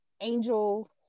angel